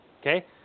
Okay